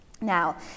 Now